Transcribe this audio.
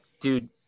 dude